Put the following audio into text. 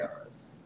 errors